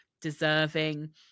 deserving